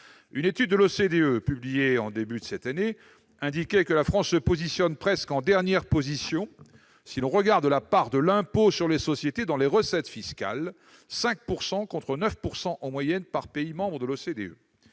économiques (OCDE), publiée au début de cette année, indiquait que la France se situait presque en dernière position, si nous considérions la part de l'impôt sur les sociétés dans les recettes fiscales, soit 5 % contre 9 % en moyenne par pays membre de l'OCDE.